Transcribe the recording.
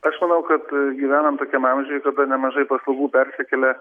aš manau kad aaa gyvenam tokiam amžiuj kada nemažai paslaugų persikelia